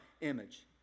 image